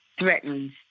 threatens